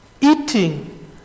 Eating